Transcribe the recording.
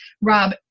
Rob